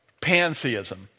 Pantheism